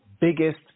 biggest